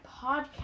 podcast